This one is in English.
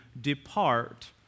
depart